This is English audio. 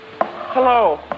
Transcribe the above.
Hello